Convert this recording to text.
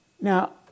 Now